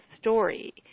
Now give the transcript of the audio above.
story